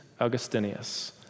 Augustinius